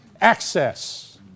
access